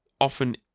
often